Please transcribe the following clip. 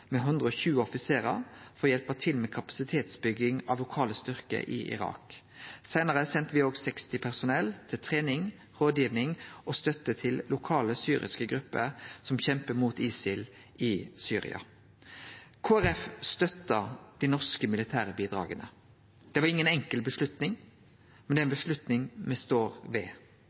med 120 offiserar for å hjelpe til med kapasitetsbygging av lokale styrkar i Irak. Seinare sende me òg 60 personell, til trening og rådgiving av og støtte til lokale syriske grupper som kjempar mot ISIL i Syria. Kristeleg Folkeparti støtta dei norske militære bidraga. Det var inga enkel avgjerd, men ei avgjerd me står ved,